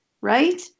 right